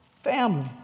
Family